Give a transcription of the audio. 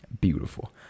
beautiful